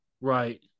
Right